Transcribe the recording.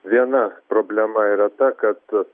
viena problema yra ta kad